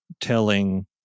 telling